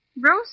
Rose